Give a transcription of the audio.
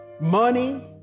money